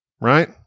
Right